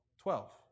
Twelve